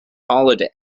holiday